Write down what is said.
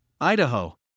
Idaho